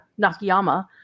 Nakayama